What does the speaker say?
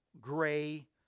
gray